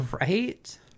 Right